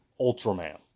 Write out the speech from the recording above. Ultraman